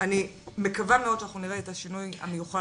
אני מקווה מאוד שאנחנו נראה את השינוי המיוחל.